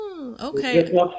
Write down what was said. Okay